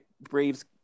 Braves